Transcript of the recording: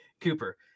Cooper